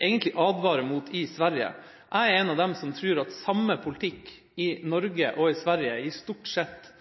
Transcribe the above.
egentlig advarer mot i Sverige. Jeg er en av dem som tror at samme politikk i Norge og Sverige stort sett